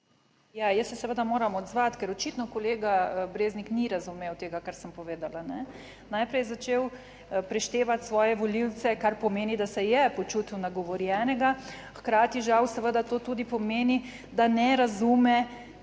Ja, jaz se seveda moram odzvati, ker očitno kolega Breznik ni razumel tega, kar sem povedala. Najprej je začel preštevati svoje volivce, kar pomeni, da se je počutil nagovorjenega, hkrati žal seveda to tudi pomeni, da ne razume